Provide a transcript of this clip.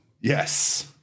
Yes